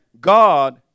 God